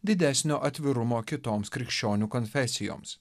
didesnio atvirumo kitoms krikščionių konfesijoms